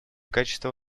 качество